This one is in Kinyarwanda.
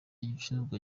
igicuruzwa